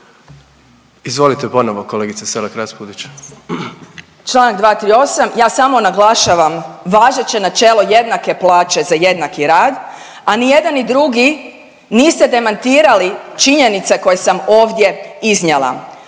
Raspudić, Marija (Nezavisni)** Čl. 238, ja samo naglašavam važeće načelo jednake plaće za jednaki rad, a nijedan ni drugi niste demantirali činjenice koje sam ovdje iznijela.